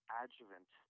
adjuvant